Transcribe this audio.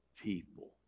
people